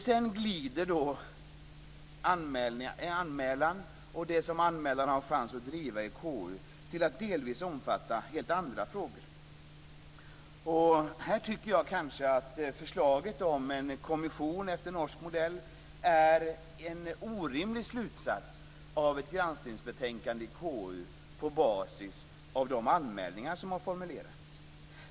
Sedan glider anmälan och det som anmälaren har chans att driva i KU till att delvis omfatta helt andra frågor. Här tycker jag att förslaget om en kommission efter norsk modell är en orimlig slutsats i ett granskningsbetänkande från KU på basis av de anmälningar som har formulerats.